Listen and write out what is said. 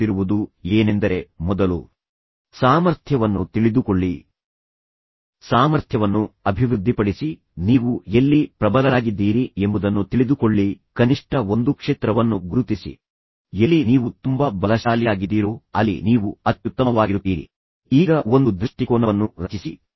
ಮತ್ತು ಅದನ್ನು ಮಾಡುವ ಮೊದಲು ಅವರು ಕೆಲವು ರೀತಿಯ ಸಂವಹನ ಬ್ಲಾಕ್ ಗಳನ್ನು ಮಾಡುತ್ತಿದ್ದರೆ ಉದಾಹರಣೆಗೆ ಅವರು ತಾಳ್ಮೆ ಕಳೆದುಕೊಳ್ಳುತ್ತಾರೆ ಮತ್ತು ಒಬ್ಬರನ್ನೊಬ್ಬರು ಬೈಯಲು ಪ್ರಾರಂಭಿಸುತ್ತಾರೆ ಅಥವಾ ಒಬ್ಬರು ಇನ್ನೊಬ್ಬರೊಂದಿಗೆ ಮಾತನಾಡುವಾಗ ಒಬ್ಬರು ಬಾಯಿ ಮುಚ್ಚಿ ಎಂದು ಹೇಳುತ್ತಾರೆ